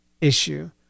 issue